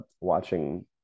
watching